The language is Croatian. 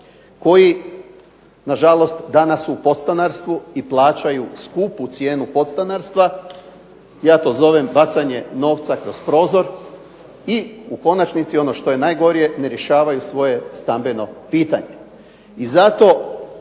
koji nažalost danas su u podstanarstvu i plaćaju skupu cijenu podstanarstva, ja to zovem bacanje novca kroz prozor. I u konačnici ono što je najgore ne rješavaju svoje stambeno pitanje.